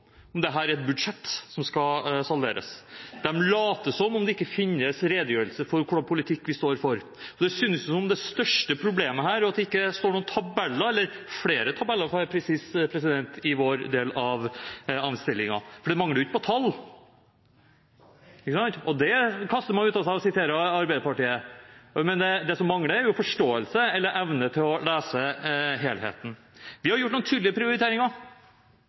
om dette er et budsjett som skal salderes. De later som om det ikke finnes noen redegjørelse for hvilken politikk vi står for. Det synes som om det største problemet her er at det ikke står noen tabeller – eller flere tabeller, for å være presis – i vår del av innstillingen, for det mangler jo ikke på tall. Det kaster man ut av seg og siterer Arbeiderpartiet. Det som mangler, er forståelse – eller evne til å lese helheten. Vi har gjort noen tydelige prioriteringer.